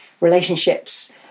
relationships